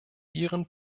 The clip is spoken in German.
ihren